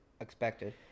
expected